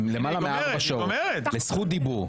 בום, פסיק.